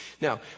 Now